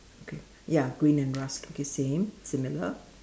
okay ya green and rust okay same similar